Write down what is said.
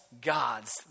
gods